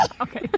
Okay